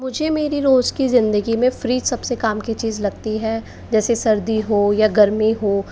मुझे मेरी रोज़ की जिंदगी में फ्रिज सबसे काम की चीज लगती है जैसे सर्दी हो या गर्मी हो